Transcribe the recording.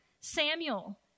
Samuel